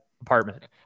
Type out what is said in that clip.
apartment